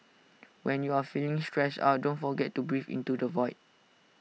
when you are feeling stressed out don't forget to breathe into the void